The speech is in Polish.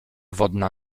wodna